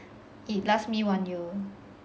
it last me one year